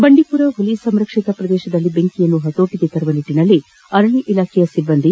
ಬಂಡೀಪುರ ಹುಲಿ ಸಂರಕ್ಷಿದ ಪ್ರದೇಶದಲ್ಲಿ ಬೆಂಕಿಯನ್ನು ಹತೋಟಗೆ ತರುವ ನಿಟ್ಟನಲ್ಲಿ ಅರಣ್ಯ ಇಲಾಖೆಯ ಸಿಬ್ಬಂದಿ